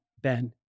Ben